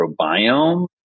microbiome